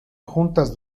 juntas